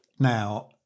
Now